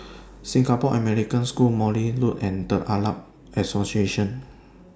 Singapore American School Morley Road and The Arab Association